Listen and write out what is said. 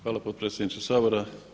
Hvala potpredsjedniče Sabora.